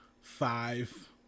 five